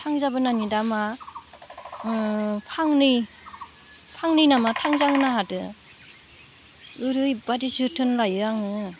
थांजाबोनानै दा मा फांनै फांनै नामा थांजा होनो हादो ओरैबादि जोथोन लायो आङो